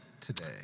today